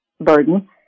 burden